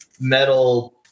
metal